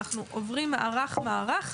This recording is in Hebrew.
אנחנו עוברים מערך-מערך.